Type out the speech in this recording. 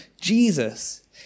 Jesus